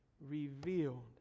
Revealed